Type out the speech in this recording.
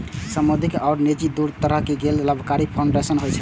सामुदायिक आ निजी, दू तरहक गैर लाभकारी फाउंडेशन होइ छै